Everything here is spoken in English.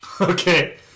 Okay